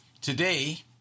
Today